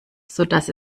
sodass